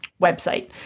website